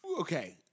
Okay